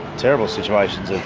terrible situations of